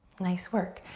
nice work,